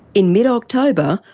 in mid october,